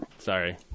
Sorry